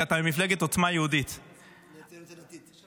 כי אתה ממפלגת עוצמה יהודית --- מהציונות הדתית.